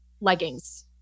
leggings